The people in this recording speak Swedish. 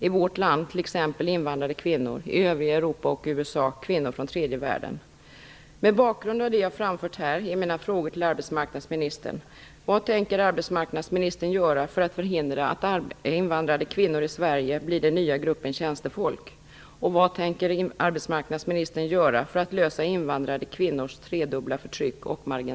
I vårt land skulle det t.ex. vara invandrade kvinnor, i övriga Europa och i USA Mot bakgrund av det jag framfört här är mina frågor till arbetsmarknadsministern: